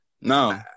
No